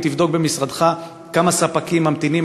אם תבדוק במשרדך כמה ספקים ממתינים,